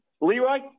Leroy